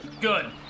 good